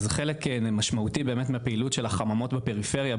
אז חלק עיקרי של הפעילות של החברות בפריפריה,